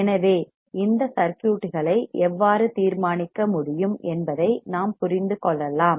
எனவே இந்த சர்க்யூட்களை எவ்வாறு தீர்மானிக்க முடியும் என்பதை நாம் புரிந்து கொள்ளலாம்